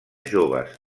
joves